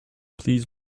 please